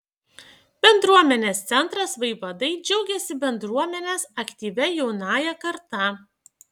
bendruomenės centras vaivadai džiaugiasi bendruomenės aktyvia jaunąja karta